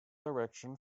direction